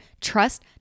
Trust